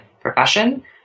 profession